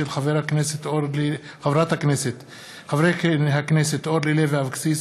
של חברי הכנסת אורלי לוי אבקסיס,